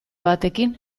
batekin